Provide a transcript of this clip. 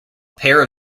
pair